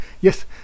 Yes